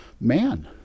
man